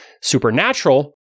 supernatural